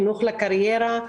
חינוך לקריירה,